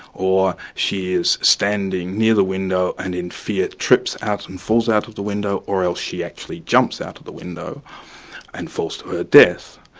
or she is standing near the window and in fear, trips out and falls out of the window, or else she actually jumps out of the window and falls to her death.